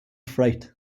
fright